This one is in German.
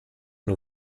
nur